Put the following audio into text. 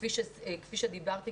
כפי שדיברתי,